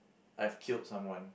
I've killed someone